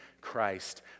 Christ